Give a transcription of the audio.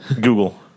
Google